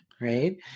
Right